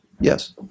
yes